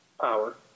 power